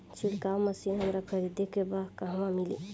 छिरकाव मशिन हमरा खरीदे के बा कहवा मिली?